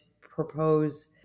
propose